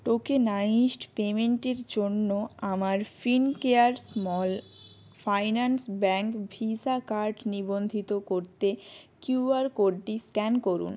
tokenised পেমেন্টের জন্য আমার Fincare small finance bank Visa card নিবন্ধিত করতে কিউ আর কোডটি স্ক্যান করুন